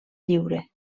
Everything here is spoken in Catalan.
lliure